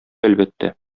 әлбәттә